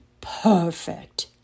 Perfect